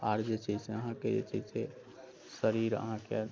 आर जे छै से अहाँकेँ जे छै से शरीर अहाँकेँ